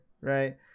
right